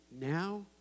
now